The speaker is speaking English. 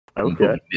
Okay